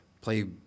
play